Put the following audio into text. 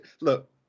look